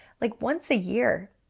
like once a year,